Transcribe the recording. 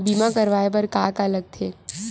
बीमा करवाय बर का का लगथे?